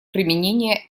применения